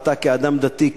ואתה כאדם דתי,